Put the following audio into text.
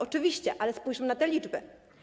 Oczywiście, ale spójrzmy na te liczby.